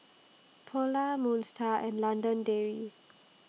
Polar Moon STAR and London Dairy